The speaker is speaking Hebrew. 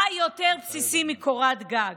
מה יותר בסיסי מקורת גג?